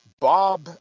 Bob